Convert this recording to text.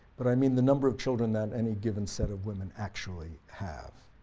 but i mean the number of children that any given set of women actually have.